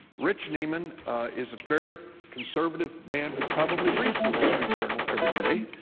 rich neiman is a very conservative man who probably reads the wall street journal every day,